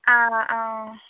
ആ ആ